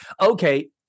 Okay